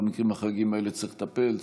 במקרים החריגים האלה צריך לטפל.